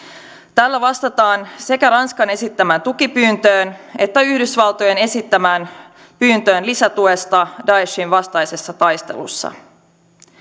tällä vastataan sekä ranskan esittämään tukipyyntöön että yhdysvaltojen esittämään pyyntöön lisätuesta daeshin vastaisessa taistelussa